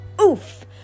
oof